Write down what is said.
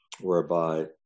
whereby